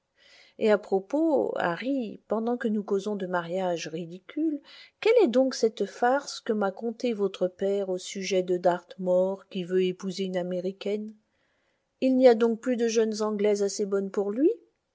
et à propos harry pendant que nous causons de mariages ridicules quelle est donc cette farce que m'a contée votre père au sujet de dartmoor qui veut épouser une américaine il n'y a donc plus de jeunes anglaises assez bonnes pour lui